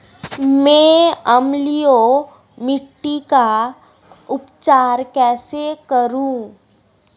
मैं अम्लीय मिट्टी का उपचार कैसे करूं?